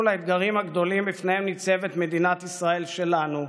לאתגרים הגדולים שבפניהם ניצבת מדינת ישראל שלנו,